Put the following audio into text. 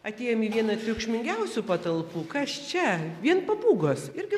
atėjom į vieną triukšmingiausių patalpų kas čia vien papūgos irgi